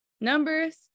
numbers